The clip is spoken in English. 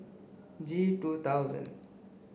G two thousand